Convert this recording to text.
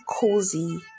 cozy